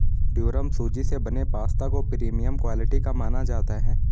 durum सूजी से बने पास्ता को प्रीमियम क्वालिटी का माना जाता है